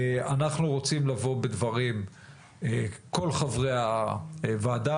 אנחנו רוצים לבוא בדברים כל חברי הוועדה,